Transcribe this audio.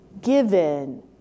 given